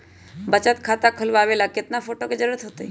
बचत खाता खोलबाबे ला केतना फोटो के जरूरत होतई?